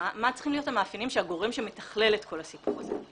מה צריכים להיות המאפיינים של הגורם שמתכלל את כל הסיפור הזה.